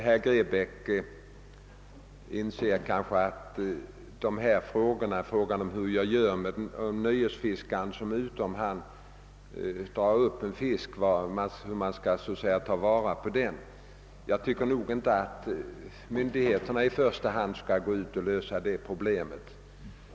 Herr Grebäck inser nog att frågan hur man skall förfara med den fisk en nöjesfiskare drar upp ur kvicksilverförorenat vatten inte är något problem som i första hand myndigheterna skall lösa.